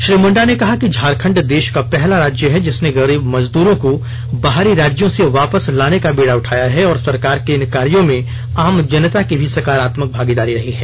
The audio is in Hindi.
श्री मुंडा कड़िया ने कहा कि झारखंड देश का पहला राज्य है जिसने गरीब मजदूरों को बाहरी राज्यों से वापस लाने का बीड़ा उठाया है और सरकार के इन कार्यों में आम जनता की भी सकारात्मक भागीदारी रही है